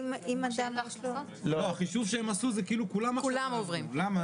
הם עשו חישוב בהנחה שכולם עוברים מסלול.